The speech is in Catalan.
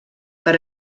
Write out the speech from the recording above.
per